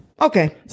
Okay